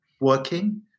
working